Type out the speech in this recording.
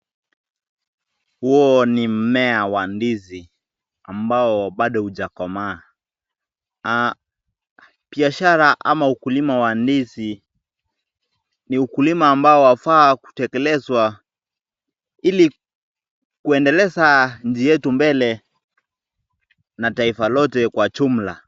Huo ni mmea wa ndizi, ambao bado hujakomaa, biashara ama ukulima wa ndizi ni ukulima ambao wafaa kutekelezwa ili kuendeleza nchi yetu mbele na taifa lote kwa jumla.